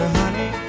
honey